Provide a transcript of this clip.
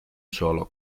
solo